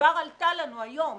כבר עלתה לנו היום,